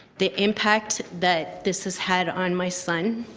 the impact that this has had on my son